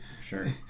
Sure